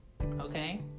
okay